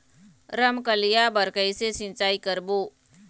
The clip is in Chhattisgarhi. रमकलिया बर कइसे सिचाई करबो?